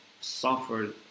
suffered